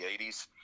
80s